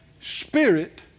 spirit